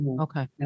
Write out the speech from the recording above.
okay